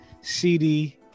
cd